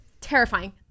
terrifying